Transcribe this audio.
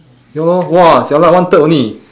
ya lor !wah! jialat one third only